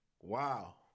Wow